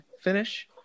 finish